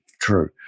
True